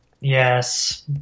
Yes